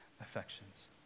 affections